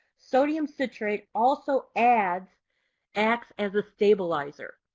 sodium citrate also adds acts as a stabilizer.